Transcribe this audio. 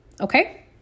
okay